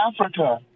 Africa